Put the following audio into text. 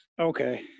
Okay